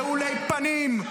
רעולי פנים?